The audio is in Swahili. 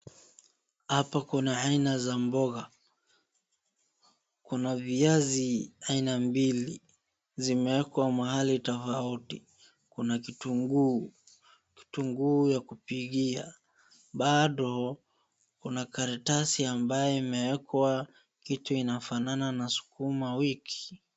Apa kuna aina za mboga. Kuna viazi aina mbili zimeekwa mahali tofauti, kuna kitunguu ya kupikia. Bado kuna karatasi ambayo imewekwa kitu ambayo inafanana na sukuma wiki.